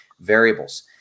variables